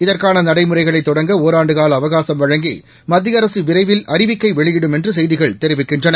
இதற்கான நடைமுறைகளை தொடங்க ஓராண்டு காலஅவகாசம் வழங்கி மத்திய அரசு விரைவில் அறிவிக்கை வெளியிடும் என்று செய்திகள் தெரிவிக்கின்றன